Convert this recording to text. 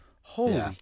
Holy